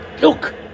Look